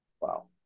Wow